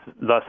thus